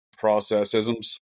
processisms